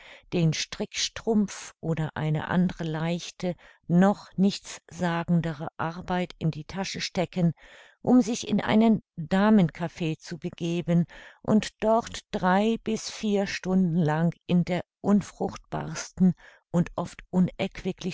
den strickstrumpf oder eine andre leichte noch nichtssagendere arbeit in die tasche stecken um sich in einen damenkaffee zu begeben und dort drei bis vier stunden lang in der unfruchtbarsten und oft